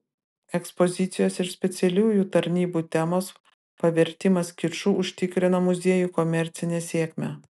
ekspozicijos ir specialiųjų tarnybų temos pavertimas kiču užtikrina muziejui komercinę sėkmę